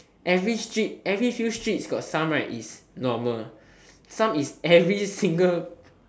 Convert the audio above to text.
every street every few street got some right is normal some is every single